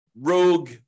rogue